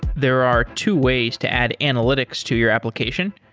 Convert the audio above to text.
there are two ways to add analytics to your application,